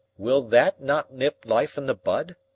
will that not nip life in the bud?